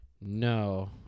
No